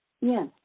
Yes